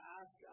ask